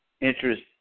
interest